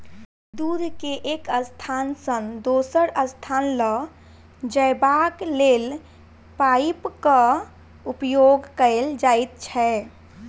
दूध के एक स्थान सॅ दोसर स्थान ल जयबाक लेल पाइपक उपयोग कयल जाइत छै